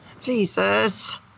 Jesus